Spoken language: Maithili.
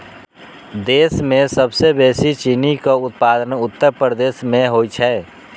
देश मे सबसं बेसी चीनीक उत्पादन उत्तर प्रदेश मे होइ छै